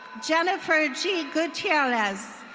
jennifer g gutiellez.